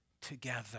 together